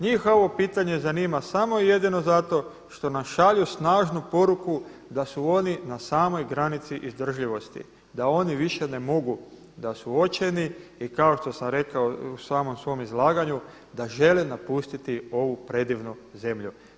Njih ovo pitanje zanima samo jedino zato što nam šalju snažnu poruku da su oni na samoj granici izdržljivosti da oni više ne mogu, da su očajni i kao što sam rekao u samom svom izlaganju, da žele napustiti ovu predivnu zemlju.